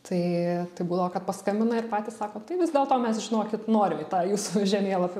tai tai būdavo kad paskambina ir patys sako tai vis dėlto mes žinokit norim į tą jūsų žemėlapį